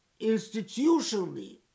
institutionally